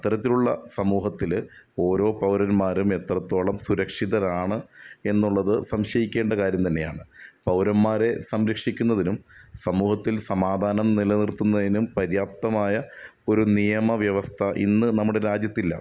അത്തരത്തിലുള്ള സമൂഹത്തില് ഓരോ പൗരന്മാരും എത്രത്തോളം സുരക്ഷിതരാണ് എന്നുള്ളത് സംശയിക്കേണ്ട കാര്യം തന്നെയാണ് പൗരന്മാരെ സംരക്ഷിക്കുന്നതിനും സമൂഹത്തില് സമാധാനം നിലനിര്ത്തുന്നതിനും പര്യാപ്തമായ ഒരു നിയമവ്യവസ്ഥ ഇന്ന് നമ്മുടെ രാജ്യത്തില്ല